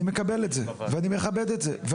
אני מקבל את זה ואני מכבד את זה,